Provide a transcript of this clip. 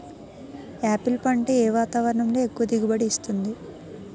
Apple పంట ఏ వాతావరణంలో ఎక్కువ దిగుబడి ఇస్తుంది?